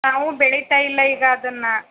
ನಾವು ಬೆಳೀತಾ ಇಲ್ಲ ಈಗ ಅದನ್ನು